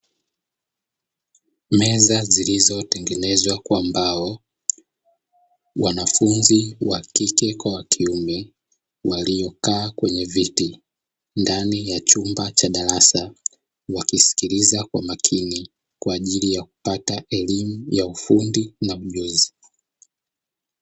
Meza zilizotengenezwa kwa mbao, wanafunzi wa kike kwa kiume waliokaa kwenye viti ndani ya chumba cha darasa, wakisikiliza kwa makini kwa ajili ya kupata elimu ya ufundi na ujuzi.